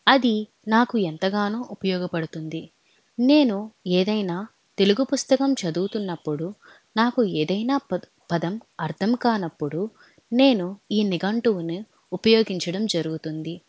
అది నాకు ఎంతగానో ఉపయోగపడుతుంది నేను ఏదైనా తెలుగు పుస్తకం చదువుతున్నప్పుడు నాకు ఏదైనా ప పదం అర్థం కానప్పుడు నేను ఈ నిఘంటువుని ఉపయోగించడం జరుగుతుంది